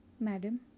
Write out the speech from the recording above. Madam